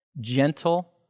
gentle